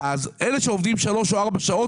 אלה שעובדים שלוש או ארבע שעות,